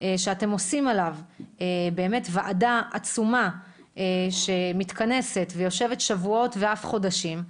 שאתם עושים עליו ועדה עצומה שמתכנסת ויושבת שבועות ואף חודשים,